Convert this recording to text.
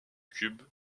cube